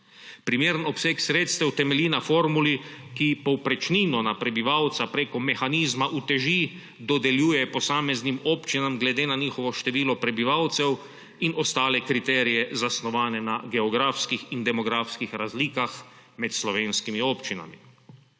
Primeren obseg sredstev temelji na formuli, ko povprečnino na prebivalca preko mehanizma uteži dodeljuje posameznim občinam glede na njihovo število prebivalcev in ostale kriterije, zasnovane na geografskih in demografskih razlikah med slovenskimi občinami.